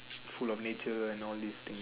full of nature and all these thing